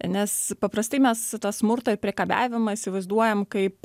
nes paprastai mes tą smurtą ir priekabiavimą įsivaizduojam kaip